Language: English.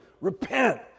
Repent